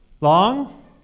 Long